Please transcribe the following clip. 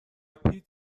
پیت